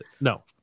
No